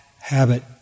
habit